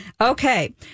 Okay